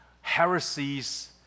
heresies